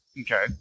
Okay